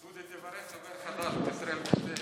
קודם תברך, חדש בישראל ביתנו,